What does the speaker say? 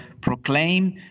proclaim